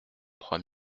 trois